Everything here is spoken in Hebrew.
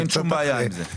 אין שום בעיה עם זה.